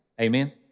Amen